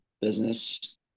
business